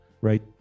Right